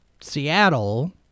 Seattle